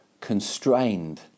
constrained